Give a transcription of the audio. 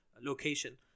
location